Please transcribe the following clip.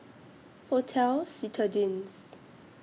Hotel Citadines